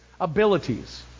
abilities